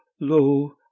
lo